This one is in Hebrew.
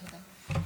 בבקשה תודה.